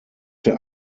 der